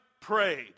prayed